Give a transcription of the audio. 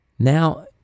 now